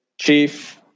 Chief